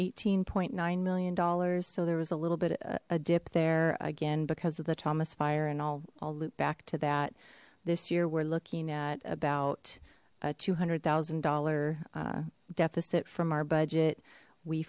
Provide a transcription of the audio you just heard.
eighteen point nine million dollars so there was a little bit a dip there again because of the thomas fire and i'll loop back to that this year we're looking at about a two hundred thousand dollar deficit from our budget we